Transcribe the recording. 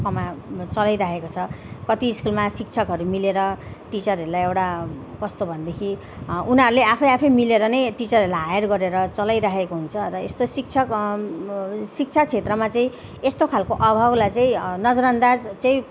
कमान चलाइरहेको छ कति स्कुलमा शिक्षकहरू मिलेर टिचरहरूलाई एउटा कस्तो भनेदेखि उनीहरूले आफै आफै मिलेर नै टिचरहरूलाई हायर गरेर चलाइरहेको हुन्छ र यस्तो शिक्षक शिक्षा क्षेत्रमा चाहिँ यस्तो खालको अभावलाई चाहिँ नजरअन्दाज चाहिँ